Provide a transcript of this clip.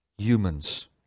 humans